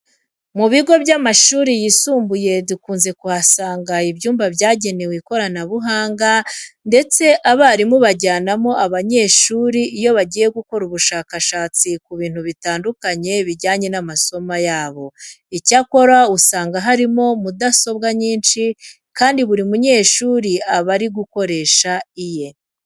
Mu bigo by'amashuri yisumbuye dukunze kuhasanga ibyumba byagenewe ikoranabuhanga ndetse abarimu bajyanamo abanyeshuri iyo bagiye gukora ubushakashatsi ku bintu bitandukanye bijyanye n'amasomo yabo. Icyakora, usanga harimo mudasobwa nyinshi kandi buri munyeshuri aba ari gukoresha iye.